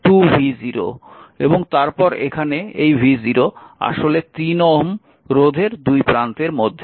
এবং তারপর এখানে এই v0 আসলে 3 Ω রোধের দুই প্রান্তের মধ্যে